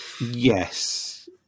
Yes